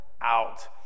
out